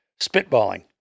spitballing